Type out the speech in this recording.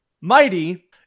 Mighty